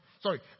Sorry